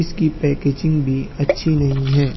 اِس کی پیکیجنگ بھی اچھی نہیں ہے